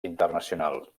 internacional